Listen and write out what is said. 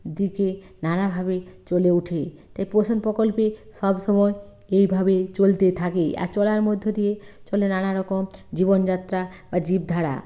দিকে নানাভাবেই চলে ওঠে তাই পোষণ প্রকল্পে সবসময় এইভাবেই চলতে থাকে আর চলার মধ্য দিয়ে চলে নানারকম জীবনযাত্রা বা জীবধারা